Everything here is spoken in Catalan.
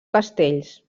castells